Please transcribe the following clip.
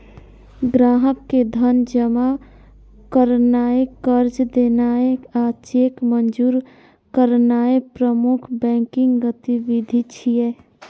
ग्राहक के धन जमा करनाय, कर्ज देनाय आ चेक मंजूर करनाय प्रमुख बैंकिंग गतिविधि छियै